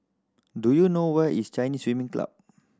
do you know where is Chinese Swimming Club